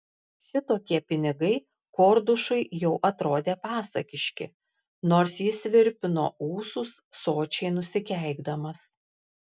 šitokie pinigai kordušui jau atrodė pasakiški nors jis virpino ūsus sočiai nusikeikdamas